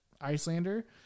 Icelander